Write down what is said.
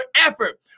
effort